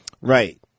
Right